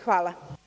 Hvala.